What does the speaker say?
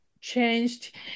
changed